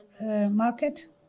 market